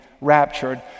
raptured